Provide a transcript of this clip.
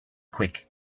quick